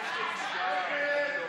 התשע"ח 2017,